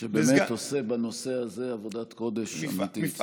שבאמת עושה בנושא הזה עבודת קודש אמיתית.